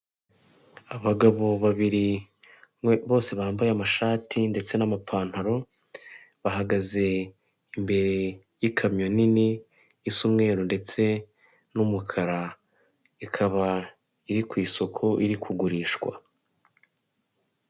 Abagabo babiri, bose bambaye amashati ndetse n'amapantaro, bahagaze imbere y'ikamyo nini, isa umweru ndetse n'umukara, ikaba iri ku isoko, iri kugurishwa.